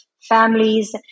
families